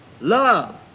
Love